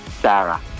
Sarah